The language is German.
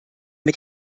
mit